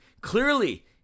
Clearly